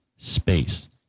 Space